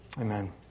Amen